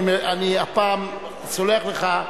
אני הפעם סולח לך,